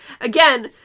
Again